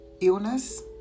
illness